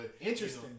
Interesting